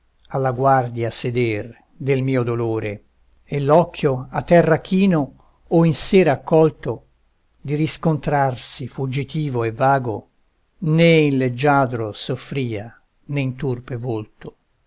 alla guardia seder del mio dolore e l'occhio a terra chino o in sé raccolto di riscontrarsi fuggitivo e vago né in leggiadro soffria né in turpe volto